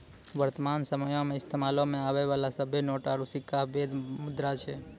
वर्तमान समयो मे इस्तेमालो मे आबै बाला सभ्भे नोट आरू सिक्का बैध मुद्रा छै